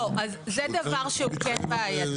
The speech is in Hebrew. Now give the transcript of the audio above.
לא, זה דבר שהוא כן בעייתי.